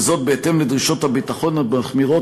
וזאת בהתאם לדרישות הביטחון המחמירות,